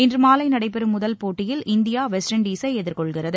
இன்று மாலை நடைபெறும் முதல் போட்டியில் இந்தியா வெஸ்ட் இண்டலை எதிர்கொள்கிறது